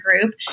group